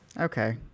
Okay